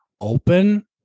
open